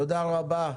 תודה רבה.